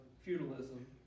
feudalism